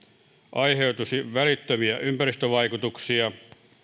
aiheutuisi välittömiä ympäristövaikutuksia